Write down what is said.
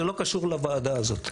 זה לא קשור לוועדה הזאת.